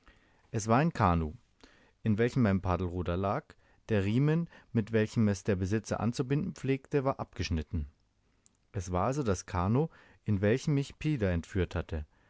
es war ein kanoe in welchem ein paddelruder lag der riemen mit welchem es der besitzer anzubinden pflegte war abgeschnitten es war also das kanoe in welchem ich pida entführt hatte